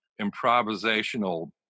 improvisational